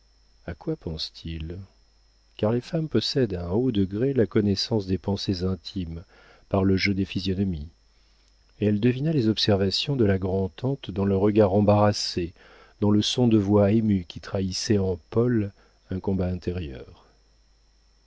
a quoi pense-t-il car les femmes possèdent à un haut degré la connaissance des pensées intimes par le jeu des physionomies elle devina les observations de la grand'tante dans le regard embarrassé dans le son de voix émue qui trahissaient en paul un combat intérieur